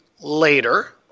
later